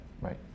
Right